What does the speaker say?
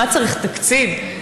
מה צריך, תקציב?